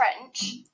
French